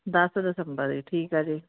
ਦਸ ਦਸੰਬਰ ਠੀਕ ਆ ਜੀ